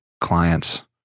clients